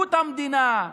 וליהדות המדינה,